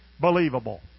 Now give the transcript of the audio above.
believable